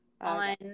on